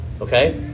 Okay